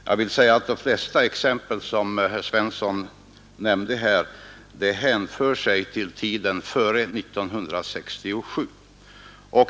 Jag vill säga att de flesta exempel som herr Svensson gav hänför sig till tiden före 1967.